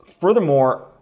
furthermore